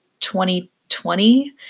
2020